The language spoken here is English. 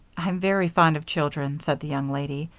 i'm very fond of children, said the young lady,